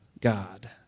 God